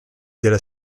della